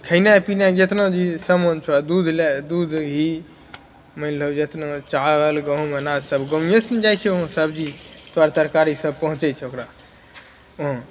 खेनाइ पीनाइ जेतना जे समान छै दूध लै दूध ई मानि लिअ जहो गाँवमे जतना सब चाबल गहुँम सब अनाज सब गाँवे से ने जाइत छै वहाँ सबजी सब तरकारी सब पहुँचैत छै ओकरा